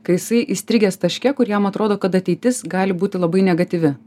kai jisai įstrigęs taške kur jam atrodo kad ateitis gali būti labai negatyvi